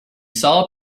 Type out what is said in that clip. saw